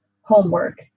homework